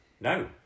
no